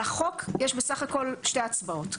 על החוק יש בסך הכול שתי הצבעות,